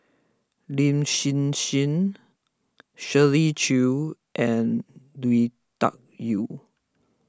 Lin Hsin Hsin Shirley Chew and Lui Tuck Yew